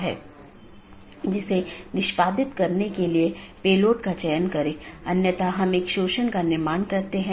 BGP पड़ोसी या BGP speaker की एक जोड़ी एक दूसरे से राउटिंग सूचना आदान प्रदान करते हैं